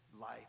life